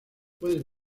pueden